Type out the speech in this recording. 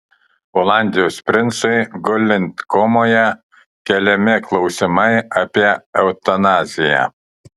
olandijos princui gulint komoje keliami klausimai apie eutanaziją